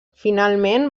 finalment